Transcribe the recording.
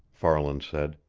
farland said.